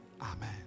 Amen